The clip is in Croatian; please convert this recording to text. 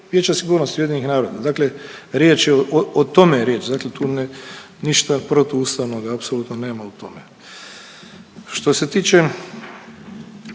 Vijeća sigurnosti UN-a. Dakle riječ je, o tome je riječ dakle tu ništa protuustavnog apsolutno nema u tome. Što se tiče